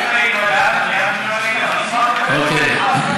האג'נדה, אוקיי.